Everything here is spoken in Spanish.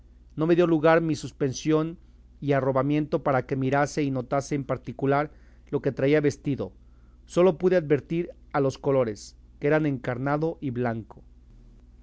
no me dio lugar mi suspensión y arrobamiento para que mirase y notase en particular lo que traía vestido sólo pude advertir a las colores que eran encarnado y blanco